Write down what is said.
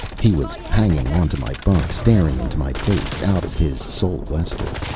he was hanging on to my bunk, staring into my face out of his sou'wester.